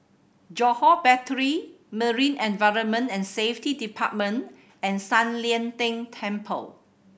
Johore Battery Marine Environment and Safety Department and San Lian Deng Temple